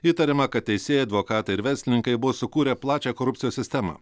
įtariama kad teisėjai advokatai ir verslininkai buvo sukūrę plačią korupcijos sistemą